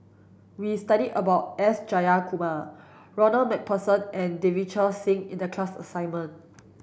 we studied about S Jayakumar Ronald MacPherson and Davinder Singh in the class assignment